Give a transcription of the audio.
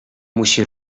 musi